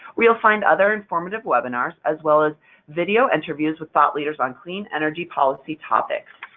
where you'll find other informative webinars, as well as video interviews with thought leaders on clean energy policy topics.